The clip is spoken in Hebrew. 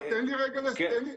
תן לי רגע להסביר.